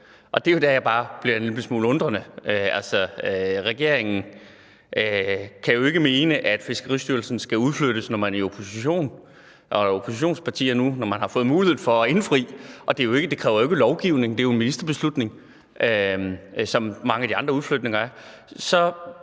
jeg bliver en lille smule forundret. Regeringen kan jo ikke mene, at Fiskeristyrelsen skal udflyttes, når man er oppositionsparti, og mene noget andet nu, hvor man har fået muligheden for at indfri løftet. Det kræver jo ikke lovgivning. Det er jo en ministerbeslutning, som mange af de andre udflytninger er.